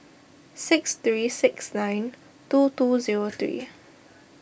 six three six nine two two zero three